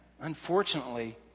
unfortunately